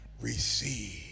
receive